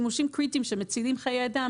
כמובן, שימושים קריטיים שמצילים חיי אדם